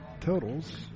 totals